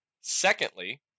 Secondly